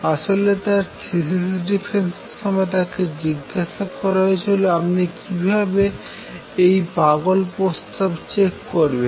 আসলে তার থিসিস ডিফেন্সের সময় তাকে জিজ্ঞাসা করা হয়েছিল যে আপনি কিভাবে এই পাগল প্রস্তাব চেক করবেন